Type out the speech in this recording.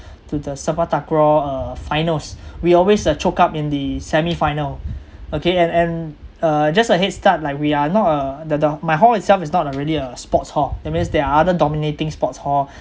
to the sepak takraw uh finals we always uh choke up in the semi final okay and and uh just a headstart like we are not uh the the my hall itself is not a really a sports hall that means there are other dominating sports hall